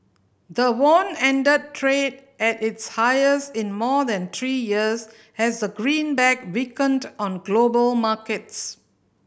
the won ended trade at its highest in more than three years as the greenback weakened on global markets